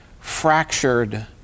fractured